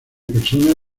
personas